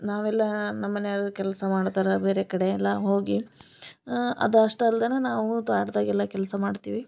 ನಾವೆಲ್ಲ ನಮ್ಮ ಮನೆಯವರು ಕೆಲಸ ಮಾಡ್ತರ ಬೇರೆ ಕಡೆ ಎಲ್ಲ ಹೋಗಿ ಅದ ಅಷ್ಟ ಅಲ್ದನ ನಾವು ತ್ವಾಟ್ದಾಗೆಲ್ಲ ಕೆಲಸ ಮಾಡ್ತೀವಿ